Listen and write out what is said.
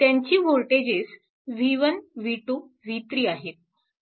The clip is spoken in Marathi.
त्यांची वोल्टेजेस v1 v2 v3आहेत